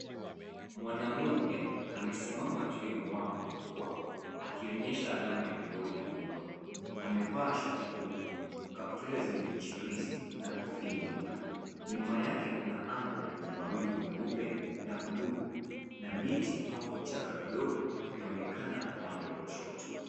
Mwanamume amesimama juu ya mwamba mkubwa akionyesha alama ya vidole gumba. Amevaa shati jeupe, kaptura zenye michirizi na kofia nyeupe .Nyuma yake kuna mawingu meupe na buluu na miti au vichaka vidogo vyaonekana upande wa kushoto.